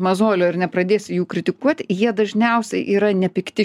mazolio ir nepradėsi jų kritikuoti jie dažniausiai yra nepykti